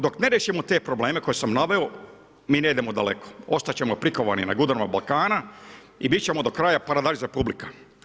Dok ne riješimo te probleme koje sam naveo, mi ne idemo daleko, ostat ćemo prikovani na … Balkana i bit ćemo do kraja paradajz republika.